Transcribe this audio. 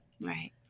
Right